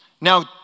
Now